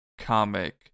comic